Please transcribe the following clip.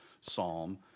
psalm